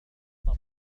أكون